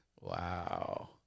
Wow